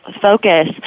focus